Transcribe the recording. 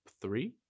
three